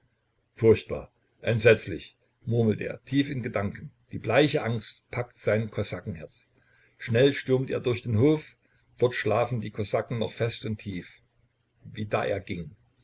furchtbar entsetzlich murmelt er tief in gedanken die bleiche angst packt sein kosakenherz schnell stürmt er durch den hof dort schlafen die kosaken noch fest und tief wie da er ging